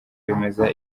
bemeza